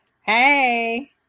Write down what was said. hey